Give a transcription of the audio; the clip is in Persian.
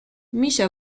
میشه